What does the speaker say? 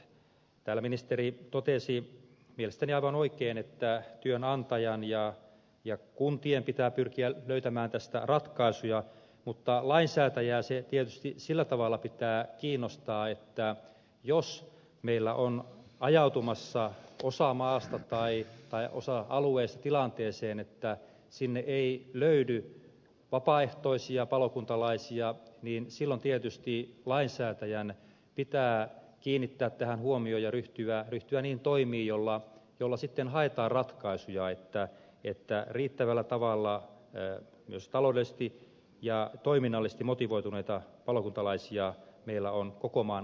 ministeri totesi mielestäni aivan oikein että työnantajan ja kuntien pitää pyrkiä löytämään tästä ratkaisuja mutta lainsäätäjää sen tietysti sillä tavalla pitää kiinnostaa että jos meillä on ajautumassa osa maasta tai osa alueista tilanteeseen että sinne ei löydy vapaaehtoisia palokuntalaisia niin silloin tietysti lainsäätäjän pitää kiinnittää tähän huomio ja ryhtyä niihin toimiin joilla sitten haetaan ratkaisuja että riittävällä tavalla myös taloudellisesti ja toiminnallisesti motivoituneita palokuntalaisia meillä on koko maan alueella